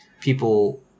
People